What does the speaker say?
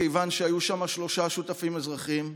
מכיוון שהיו שם שלושה שותפים אזרחים,